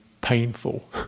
painful